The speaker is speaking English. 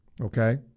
Okay